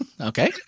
Okay